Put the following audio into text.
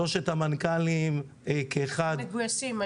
שלושת המנכ"לים כאחד, מגויסים.